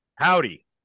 howdy